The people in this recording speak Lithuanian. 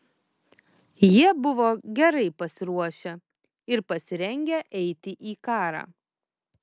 jie buvo gerai pasiruošę ir pasirengę eiti į karą